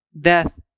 death